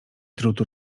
drutu